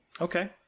Okay